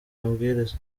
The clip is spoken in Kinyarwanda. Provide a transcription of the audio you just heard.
amabwiriza